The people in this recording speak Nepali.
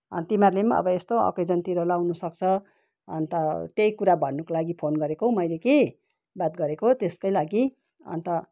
अनि तिमीहरूले पनि अब यस्तो अकेजनतिर लाउनुसक्छ अन्त त्यही कुरा भन्नुको लागि फोन गरेको मैले कि बात गरेको त्यसकै लागि अन्त